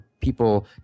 people